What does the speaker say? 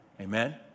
Amen